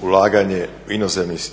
ulaganje inozemnih